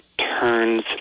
Turns